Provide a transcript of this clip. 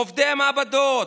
עובדי המעבדות,